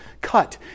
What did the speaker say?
cut